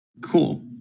Cool